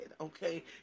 Okay